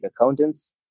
Accountants